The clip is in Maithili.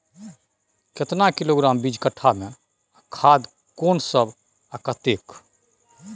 केतना किलोग्राम बीज कट्ठा मे आ खाद कोन सब आ कतेक?